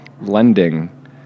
lending